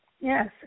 Yes